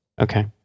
Okay